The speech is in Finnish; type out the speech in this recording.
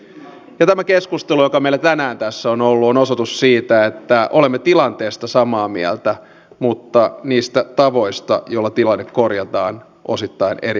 ja tämä keskustelu joka meillä tänään tässä on ollut on osoitus siitä että olemme tilanteesta samaa mieltä mutta niistä tavoista joilla tilanne korjataan osittain eri mieltä